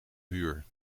huur